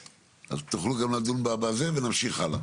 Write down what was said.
תוכלו גם לדון בהכל, ונמשיך הלאה.